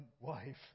wife